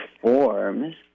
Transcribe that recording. forms